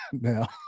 Now